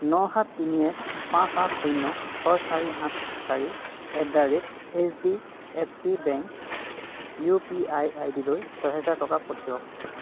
ন সাত তিনি এক পাঁচ আঠ শূন্য ছয় চাৰি আঠ চাৰি at the rate H D F C bank U P I I D লৈ ছয় হেজাৰ টকা পঠিৱাওক